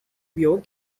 york